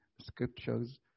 scriptures